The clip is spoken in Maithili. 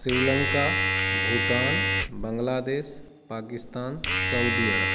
श्रीलंका भूटान बङ्गलादेश पाकिस्तान सऊदी अरब